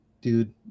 dude